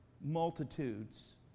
multitudes